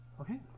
Okay